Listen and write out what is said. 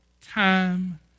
time